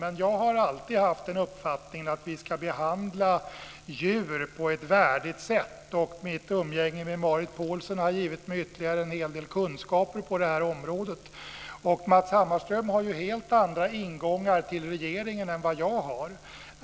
Men jag har alltid haft uppfattningen att vi ska behandla djur på ett värdigt sätt. Mitt umgänge med Marit Paulsen har givit mig ytterligare en hel del kunskaper på det området. Matz Hammarström har helt andra ingångar till regeringen än vad jag har.